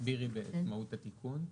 תסבירי את מהות התיקון.